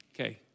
Okay